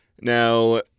Now